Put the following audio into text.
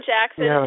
Jackson